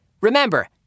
Remember